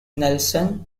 nelson